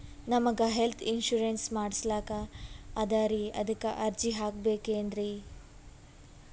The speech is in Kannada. ನಮಗ ಹೆಲ್ತ್ ಇನ್ಸೂರೆನ್ಸ್ ಮಾಡಸ್ಲಾಕ ಅದರಿ ಅದಕ್ಕ ಅರ್ಜಿ ಹಾಕಬಕೇನ್ರಿ?